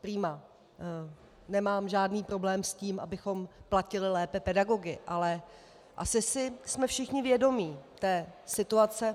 Prima, nemám žádný problém s tím, abychom platili lépe pedagogy, ale asi si jsme všichni vědomi situace...